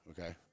Okay